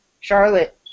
Charlotte